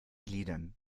liedern